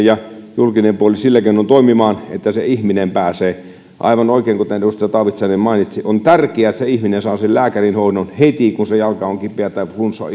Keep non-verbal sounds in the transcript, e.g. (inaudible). (unintelligible) ja julkinen puoli sillä keinoin toimimaan että se ihminen sinne pääsee aivan oikein kuten edustaja taavitsainen mainitsi on tärkeää että se ihminen saa sen lääkärihoidon heti kun se jalka on kipeä tai flunssa (unintelligible)